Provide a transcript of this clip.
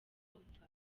gupfa